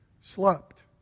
slept